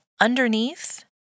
underneath